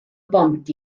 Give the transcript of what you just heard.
bont